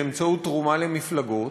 באמצעות תרומה למפלגות,